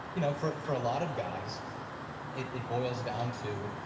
you know, for for a lot of guys it it boils down to